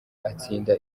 atsinda